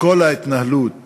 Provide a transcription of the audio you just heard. בכל ההתנהלות